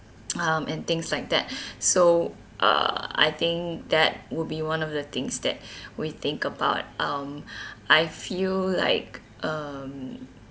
um and things like that so uh I think that will be one of the things that we think about um I feel like um